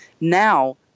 Now